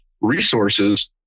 resources